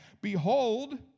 Behold